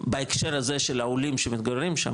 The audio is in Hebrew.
בהקשר הזה של העולים שמתגוררים שם,